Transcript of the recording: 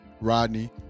Rodney